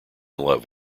love